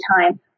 time